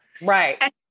Right